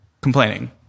complaining